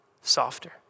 softer